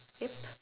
yup